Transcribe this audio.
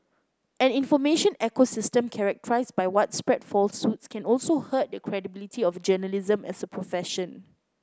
an information ecosystem characterised by widespread falsehoods can also hurt the credibility of journalism as a profession